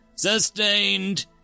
Sustained